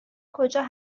کجا